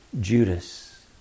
Judas